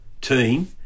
team